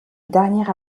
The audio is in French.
dernière